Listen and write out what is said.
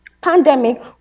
pandemic